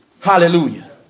Hallelujah